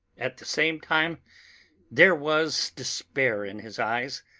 at the same time there was despair in his eyes,